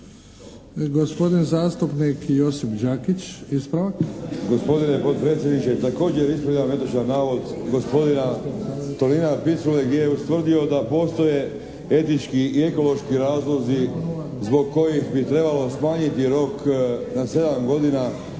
gospodin zastupnik Josip Đakić, ispravak.